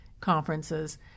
conferences